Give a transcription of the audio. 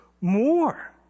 more